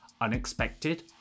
unexpected